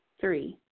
Three